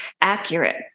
accurate